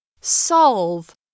Solve